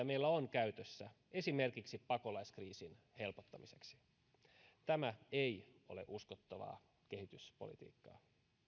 meillä on käytössä esimerkiksi pakolaiskriisin helpottamiseksi tämä ei ole uskottavaa kehityspolitiikkaa